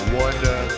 wonder